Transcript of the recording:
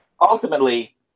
ultimately